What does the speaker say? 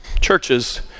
churches